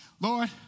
Lord